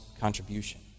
contribution